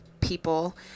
people